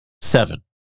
Seven